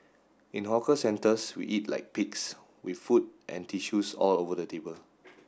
in hawker centres we eat like pigs with food and tissues all over the table